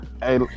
Hey